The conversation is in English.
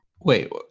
Wait